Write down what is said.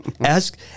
Ask